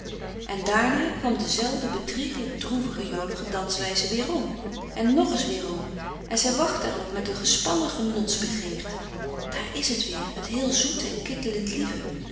des doods kwam dezelfde bedriegelijk droevig jolige danswijze weerom en nog eens weerom en zij wachtte er op met een gespannen genotsbegeerte daar is het weer het heel zoete en kittelend lieve